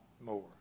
more